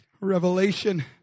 Revelation